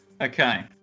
Okay